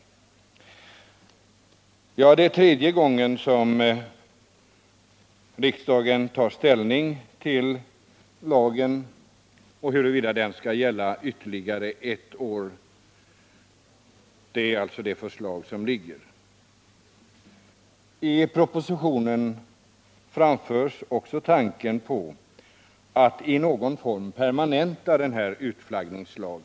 Det är tredje gången som riksdagen tar ställning till ett förslag från regeringen om förlängning av lagen ytterligare ett år. I propositionen framförs också tanken att i någon form permanenta denna utflaggningslag.